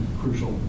crucial